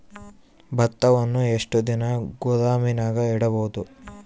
ಭತ್ತವನ್ನು ಎಷ್ಟು ದಿನ ಗೋದಾಮಿನಾಗ ಇಡಬಹುದು?